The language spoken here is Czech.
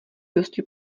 dosti